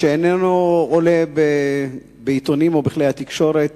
שאיננו עולה בעיתונים או בכלי התקשורת,